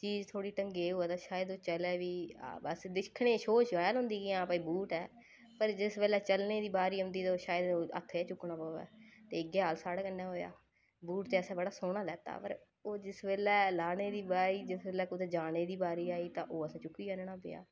चीज़ थोह्ड़ी ढंगै दी होऐ ते शायद ओह् चलै बी बस दिक्खने गी शौ शैल होंदी ऐ हां भाई बूट ऐ पर जिस बेल्लै चलने गी बारी औंदी दे ओह् शायद हत्थ चुककना पवै ते इयै हाल साढ़े कन्नै होएआ बूट ते असें बड़ा सोह्ना लैता पर ओह् जिस बेल्लै लाने दी बारी जिस बेल्लै कुदै जाने गी बारी आई तां ओह् असेंगी चुक्कियै आह्नना पेआ